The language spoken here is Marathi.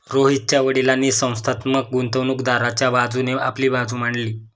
रोहितच्या वडीलांनी संस्थात्मक गुंतवणूकदाराच्या बाजूने आपली बाजू मांडली